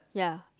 ya